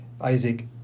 Isaac